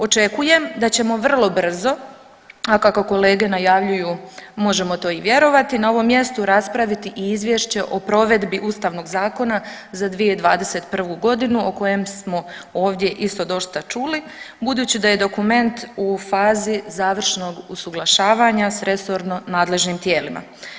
Očekujem da ćemo vrlo brzo, a kako kolege najavljuju možemo to i vjerovati na ovom mjestu raspraviti i izvješće o provedbi ustavnog zakona za 2021. godinu o kojem smo ovdje isto dosta čuli budući da je dokument u fazi završnog usuglašavanja s resorno nadležnim tijelima.